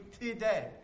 today